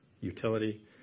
utility